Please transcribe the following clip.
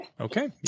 Okay